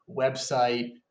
website